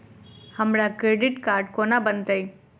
हमरा credit card कोना बनतै?